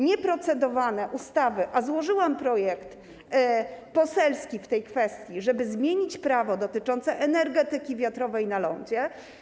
Nie procedujemy nad ustawami, a złożyłam projekt poselski w tej kwestii, żeby zmienić prawo dotyczące energetyki wiatrowej na lądzie.